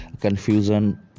confusion